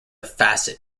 facet